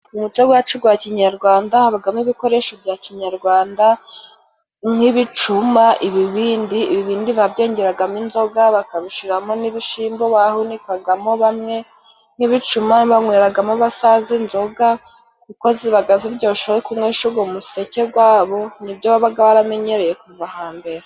Umuco gwacu gwa kinyarwanda habagamo ibikoresho bya kinyarwanda nk'ibicuma, ibibindi. Ibibindi babyengeragamo inzoga, bakabishiramo n'ibishimbo, bahunikagamo bamwe. Nk'ibicuma banyweragamo abasaza inzoga, kuko zibaga ziryoshe bari kunywesha ugo museke gwabo, nibyo babaga baramenyereye kuva hambere.